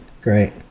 great